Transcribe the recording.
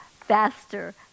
faster